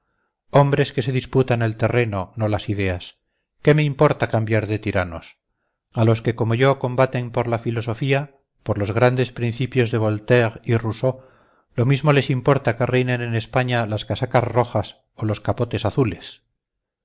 hombres que se disputan el terreno no las ideas qué me importa cambiar de tiranos a los que como yo combaten por la filosofía por los grandes principios de voltaire y rousseau lo mismo les importa que reinen en españa las casacas rojas o los capotes azules